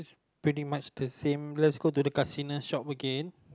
pretty much the same let's go to the Casino shop again